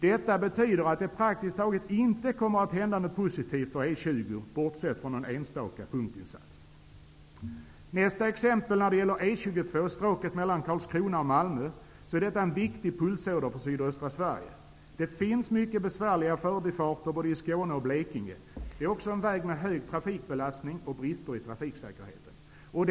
Detta betyder att det praktiskt taget inte kommer att hända något positivt för E 20, bortsett från någon enstaka punktinsats. E 22-stråket mellan Karlskrona och Malmö är en viktig pulsåder för sydöstra Sverige. Det finns mycket besvärliga förbifarter både i Skåne och Blekinge. Det är också en väg med hög trafikbelastning och brister i trafiksäkerheten.